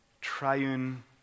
triune